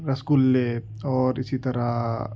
رس گلے اور اسی طرح